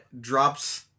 drops